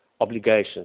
obligations